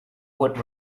what